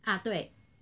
啊对